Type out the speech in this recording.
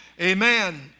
amen